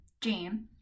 Jane